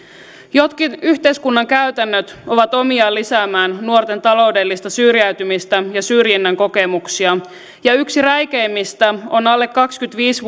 jotkin yhteiskunnan käytännöt ovat omiaan lisäämään nuorten taloudellista syrjäytymistä ja syrjinnän kokemuksia ja yksi räikeimmistä on alle kaksikymmentäviisi